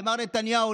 למר נתניהו,